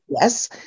yes